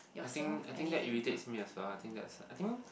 I think I think that irritates me as well I think that's I think